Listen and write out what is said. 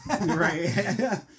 right